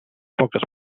poques